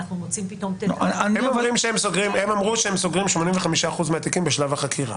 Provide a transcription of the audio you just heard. אנחנו מוצאים פתאום --- הם אמרו שהם סוגרים 85% מהתיקים בשלב החקירה.